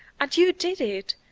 and you did it!